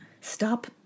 Stop